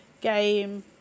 game